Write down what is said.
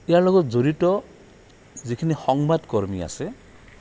ইয়াৰ লগত জড়িত যিখিনি সংবাদকৰ্মী আছে